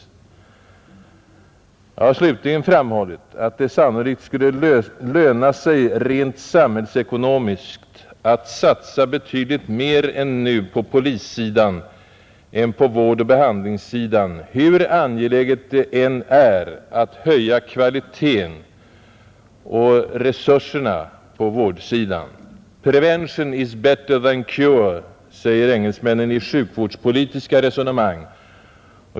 Jag har slutligen framhållit att det sannolikt skulle löna sig rent samhällsekonomiskt att satsa betydligt mer än nu på polissidan än på vårdoch behandlingssidan, hur angeläget det än är att höja kvaliteten och resurserna på vårdsidan. ”Prevention is better than cure”, säger engelsmännen i sjukvårdspolitiska resonemang.